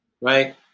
Right